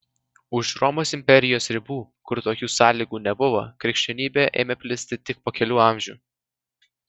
už romos imperijos ribų kur tokių sąlygų nebuvo krikščionybė ėmė plisti tik po kelių amžių